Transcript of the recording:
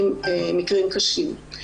מקרים קשים.